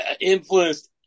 influenced